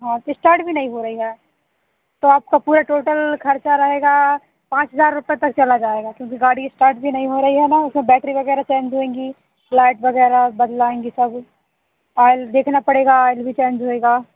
हाँ तो स्टार्ट भी नहीं हो रही है तो आपका पूरा टोटल खर्चा रहेगा पाँच हजार रुपए तक चला जाएगा क्योंकि गाड़ी स्टार्ट भी नहीं हो रही है न उसमें बैटरी वगैरह चेंज होएँगी लाइट वगैरह बदलवाएँगी सब ऑयल देखना पड़ेगा ऑयल भी चेंज होएगा